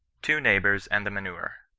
two neighbours and the manure.